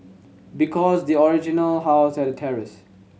because the original house had a terrace